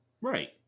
right